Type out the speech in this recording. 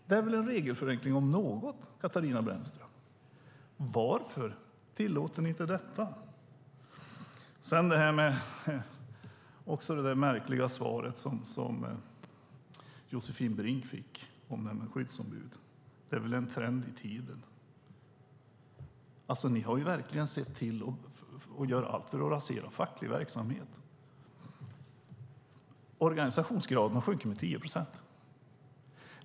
Det är väl en regelförenkling om något, Katarina Brännström. Varför tillåter ni inte detta? När det gäller det märkliga svaret på Josefin Brinks fråga om skyddsombuden, om att det är en trend i tiden, har ni ju verkligen sett till att göra allt för att rasera facklig verksamhet. Organisationsgraden har sjunkit med 10 procent.